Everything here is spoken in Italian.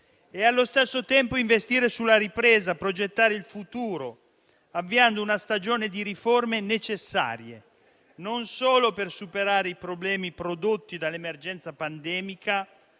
Allo stesso tempo dobbiamo investire sulla ripresa e progettare il futuro, avviando una stagione di riforme necessarie non solo per superare i problemi prodotti dall'emergenza pandemica,